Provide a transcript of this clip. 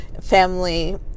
family